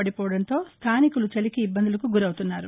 పడిపోవడంతో స్థానికులు చలికి ఇబ్బందులకు గురవుతున్నారు